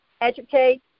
educate